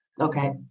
okay